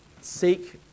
seek